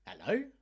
Hello